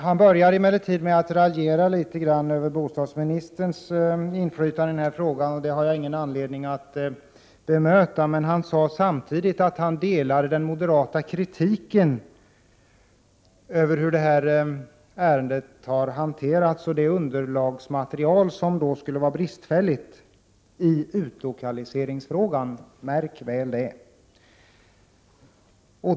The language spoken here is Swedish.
Han börjar emellertid med att raljera litet grand över bostadsministerns inflytande i denna fråga, och det har jag inte någon anledning att bemöta. Men han sade samtidigt att han delar den moderata kritiken av hur detta ärende har hanterats och det bristfälliga underlagsmaterialet när det gäller frågan om utlokalisering. Märk väl detta.